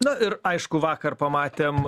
na ir aišku vakar pamatėm